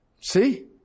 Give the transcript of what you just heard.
See